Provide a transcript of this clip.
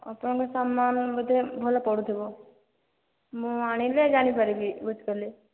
ଆପଣଙ୍କ ସାମାନ ବୋଧେ ଭଲ ପଡ଼ୁଥିବ ମୁଁ ଆଣିଲେ ଜାଣିପାରିବି ବୁଝିପାରିଲେ